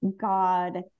God